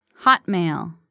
Hotmail